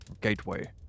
gateway